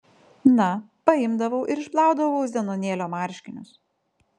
na paimdavau ir išplaudavau zenonėlio marškinius